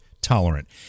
tolerant